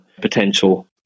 potential